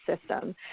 system